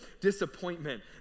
disappointment